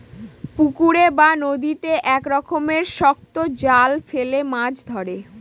পুকুরে বা নদীতে এক রকমের শক্ত জাল ফেলে মাছ ধরে